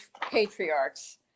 patriarchs